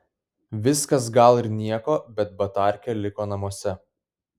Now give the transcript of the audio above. viskas gal ir nieko bet batarkė liko namuose